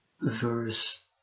verse